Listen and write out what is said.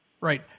Right